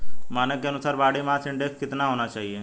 मानक के अनुसार बॉडी मास इंडेक्स कितना होना चाहिए?